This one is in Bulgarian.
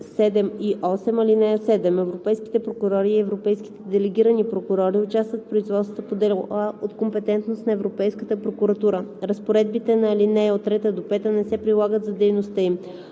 7 и 8: „(7) Европейските прокурори и европейските делегирани прокурори участват в производствата по дела от компетентност на Европейската прокуратура. Разпоредбите на ал. 3 – 5 не се прилагат за дейността им.